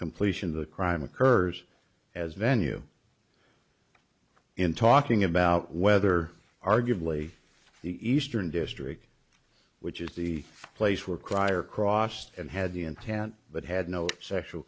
completion of the crime occurs as venue in talking about whether arguably the eastern district which is the place where crier crossed and had the intent but had no sexual